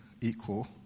equal